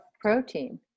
protein